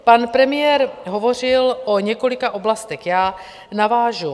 Pan premiér hovořil o několika oblastech, já navážu.